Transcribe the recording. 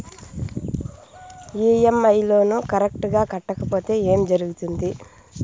EMI loan correct గా కట్టకపోతే ఏం జరుగుతుంది